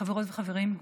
חברות וחברים,